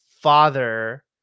father